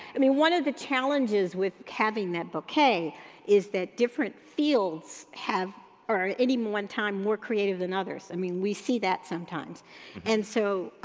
i mean, one of the challenges with having that bouquet is that different fields have are any one time more creative than others. i mean, we see that sometimes and so,